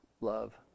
love